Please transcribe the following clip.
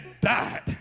died